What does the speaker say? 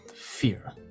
Fear